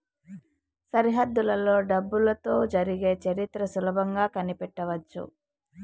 సరిహద్దులలో డబ్బులతో జరిగే చరిత్ర సులభంగా కనిపెట్టవచ్చు